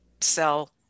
sell